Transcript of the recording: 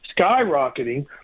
skyrocketing